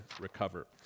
recover